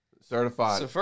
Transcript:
certified